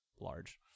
large